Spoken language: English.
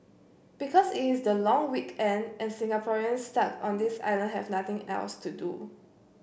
because it is the long weekend and Singaporeans stuck on this island have nothing else to do